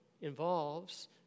involves